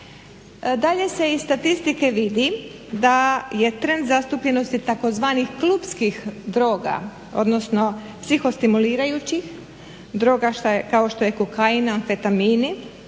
Dalje se iz statistike vidi da je trend zastupljenosti klupskih droga odnosno psiho stimulirajućih droga kao što je kokain, anfetamini